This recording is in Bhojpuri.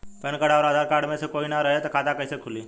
पैन कार्ड आउर आधार कार्ड मे से कोई ना रहे त खाता कैसे खुली?